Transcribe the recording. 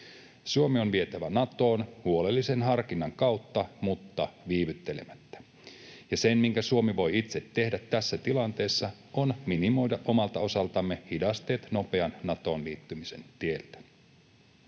Suomi on vietävä Natoon huolellisen harkinnan kautta mutta viivyttelemättä. Ja se, minkä Suomi voi itse tehdä tässä tilanteessa, on minimoida omalta osaltaan hidasteet nopean Natoon liittymisen tieltä.